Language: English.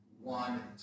one